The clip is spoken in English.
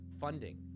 funding